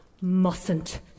Mustn't